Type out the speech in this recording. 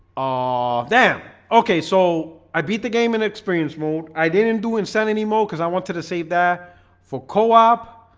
ah damn ok so i beat the game in experience mode. i didn't do in send anymore because i wanted to save that for co-op